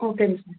okay miss